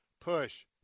push